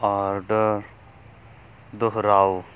order ਦੁਹਰਾਓ